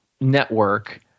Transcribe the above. network